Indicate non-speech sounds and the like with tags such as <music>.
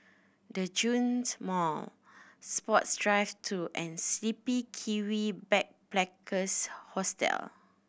Djitsun Mall Sports Drive Two and The Sleepy Kiwi <unintelligible> Hostel